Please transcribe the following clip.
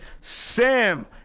Sam –